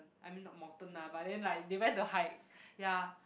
I mean not mountain lah but then like they went to hike ya